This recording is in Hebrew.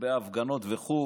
לגבי ההפגנות וכו',